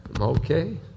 Okay